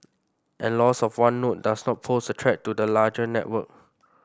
and loss of one node does not pose a threat to the larger network